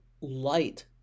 light